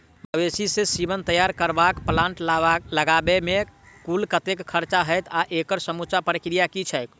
मवेसी केँ सीमन तैयार करबाक प्लांट लगाबै मे कुल कतेक खर्चा हएत आ एकड़ समूचा प्रक्रिया की छैक?